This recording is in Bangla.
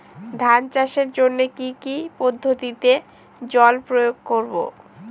ধান চাষের জন্যে কি কী পদ্ধতিতে জল প্রয়োগ করব?